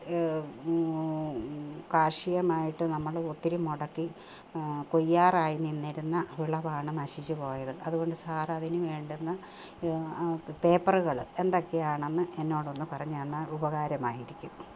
കാര്ഷികമായിട്ട് നമ്മൾ ഒത്തിരി മുടക്കി കൊയ്യാറായി നിന്നിരുന്ന വിളവാണ് നശിച്ച് പോയത് അതുകൊണ്ട് സാർ അതിന് വേണ്ടുന്നത് പേപ്പറുകൾ എന്തൊക്കെയാണന്ന് എന്നോട് ഒന്നു പറഞ്ഞു തന്നാൽ ഉപകാരമായിരിക്കും